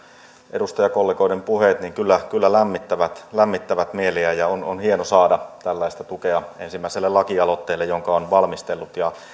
edustajakollegoiden puheet kyllä kyllä lämmittävät lämmittävät mieltä ja on on hienoa saada tällaista tukea ensimmäiselle lakialoitteelle jonka on valmistellut